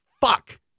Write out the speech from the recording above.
fuck